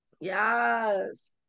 yes